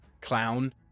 clown